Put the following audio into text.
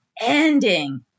ending